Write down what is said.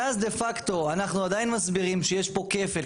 ואז דה פקטו אנחנו עדיין מסבירים שיש פה כפל,